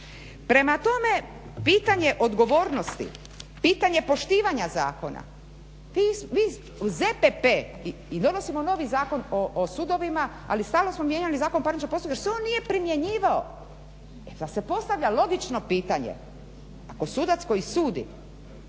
Prema tome, pitanje odgovornosti, pitanje poštivanja zakona vi ZPP i donosimo novi Zakon o sudovima, ali stalno smo mijenjali Zakon o parničnom postupku jer se on nije primjenjivao pa se postavlja logično pitanje ako sudac koji sudi